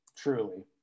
Truly